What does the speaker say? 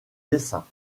dessins